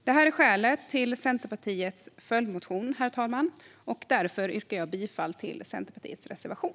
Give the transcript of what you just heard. Det är skälet till Centerpartiets följdmotion, herr talman, och därför yrkar jag bifall till Centerpartiets reservation.